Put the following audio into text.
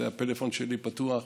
הפלאפון שלי פתוח,